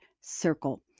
Circle